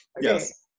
yes